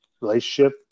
relationship